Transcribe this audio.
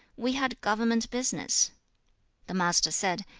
we had government business the master said,